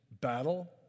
battle